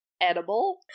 edible